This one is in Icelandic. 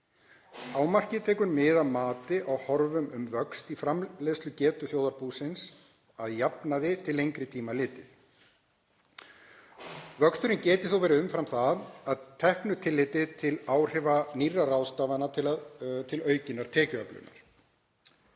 Hámarkið tekur mið af mati á horfum um vöxt í framleiðslugetu þjóðarbúsins að jafnaði til lengri tíma litið. Vöxturinn geti þó verið umfram það að teknu tilliti til áhrifa nýrra ráðstafana til aukinnar tekjuöflunar.